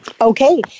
Okay